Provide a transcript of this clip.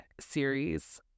series